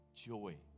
Joy